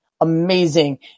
amazing